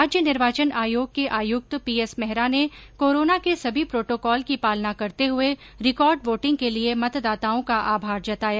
राज्य निर्वाचन आयोग के आयुक्त पीएस मेहरा ने कोरोना के सभी प्रोटोकॉल की पालना करते हुए रिकॉर्ड वोटिंग के लिए मतदाताओं का आभार जताया